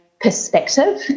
perspective